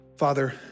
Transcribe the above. Father